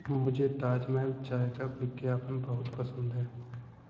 मुझे ताजमहल चाय का विज्ञापन बहुत पसंद है